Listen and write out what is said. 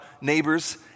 neighbors